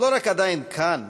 לא רק שהם עדיין כאן,